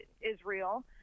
Israel